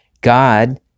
God